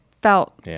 felt